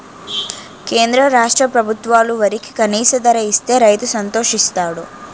కేంద్ర రాష్ట్ర ప్రభుత్వాలు వరికి కనీస ధర ఇస్తే రైతు సంతోషిస్తాడు